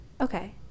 Okay